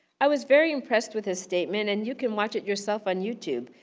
i was very impressed with his statement, and you can watch it yourself on youtube.